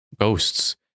ghosts